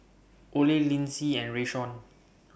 Ole Linzy and Rayshawn